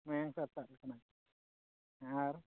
ᱢᱟᱭᱟᱢ ᱥᱟᱨᱥᱟᱜ ᱞᱮᱠᱟᱱᱟᱜ ᱟᱨ